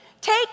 take